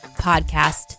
podcast